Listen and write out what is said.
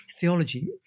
theology